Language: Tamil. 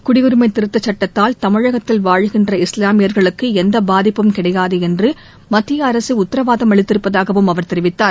குடியுரிமை திருத்தச் சுட்டத்தால் தமிழகத்தில் வாழுகின்ற இஸ்வாமியர்களுக்கு எந்த பாதிப்பும் கிடையாது என்று மத்திய அரசு உத்தரவாதம் அளித்திருப்பதாகவும் அவர் தெரிவித்தார்